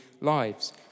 lives